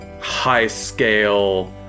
high-scale